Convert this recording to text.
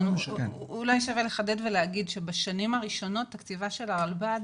אולי שווה לחדד ולהגיד שבשנים הראשונות תקציבה של הרלב"ד